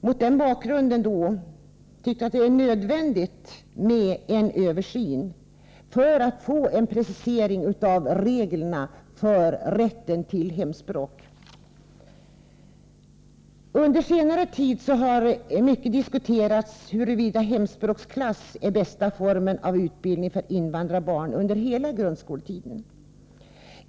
Mot den bakgrunden föreslår vi en översyn för att få en precisering av reglerna för rätten till hemspråksundervisning. Under senare tid har mycket diskuterats huruvida hemspråksklass är bästa formen av utbildning för invandrarbarn under hela grundskoletiden.